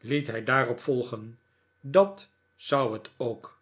lie't hij daarop volgen dat zou het ook